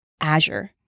Azure